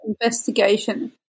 investigation